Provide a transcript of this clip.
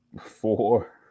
four